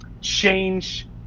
change